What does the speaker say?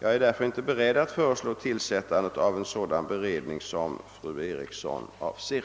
Jag är därför inte beredd att föreslå tillsättandet av en sådan beredning som fru Eriksson avser.